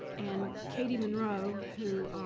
and katie monroe, who